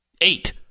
Eight